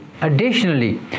Additionally